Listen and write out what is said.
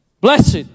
blessed